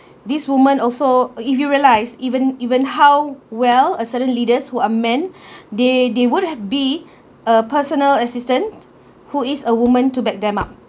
these women also if you realize even even how well a certain leaders who are man they they would have be a personal assistant who is a woman to back them up